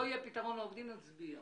לא יהיה פתרון לעובדים נצביע.